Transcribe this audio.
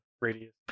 radius